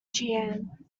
jeanne